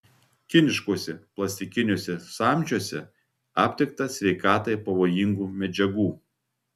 kiniškuose plastikiniuose samčiuose aptikta sveikatai pavojingų medžiagų